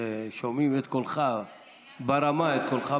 ששומעים את קולך ברמה,